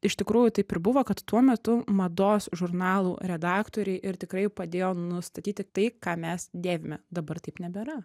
iš tikrųjų taip ir buvo kad tuo metu mados žurnalų redaktoriai ir tikrai padėjo nustatyti tai ką mes dėvime dabar taip nebėra